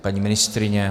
Paní ministryně?